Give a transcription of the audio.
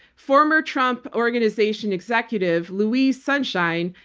former trump organization executive louise sunshine,